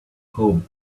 home